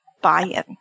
buy-in